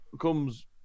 comes